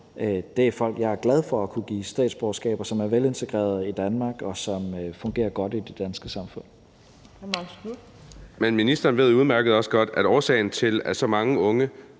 år, er folk, jeg er glad for at kunne give statsborgerskab. De er velintegreret i Danmark, og de fungerer godt i det danske samfund.